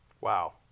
Wow